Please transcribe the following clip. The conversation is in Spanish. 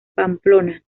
pamplona